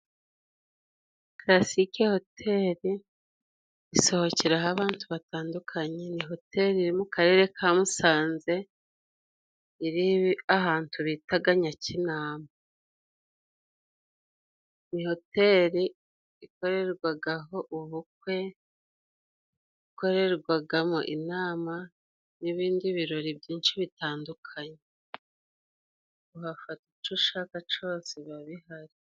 Kalasike hoteli isohokeraho abantu batandukanye, ni hoteli iri mu karere ka Musanze, iri ahantu bitaga Nyakinama. Ni hoteli ikorerwagaho ubukwe, ikorerwagamo inama n'ibindi birori byinshi bitandukanye. Uhafata ico ushaka cose biba bihari.